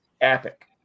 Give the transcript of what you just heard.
epic